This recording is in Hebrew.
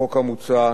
החוק המוצע,